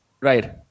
Right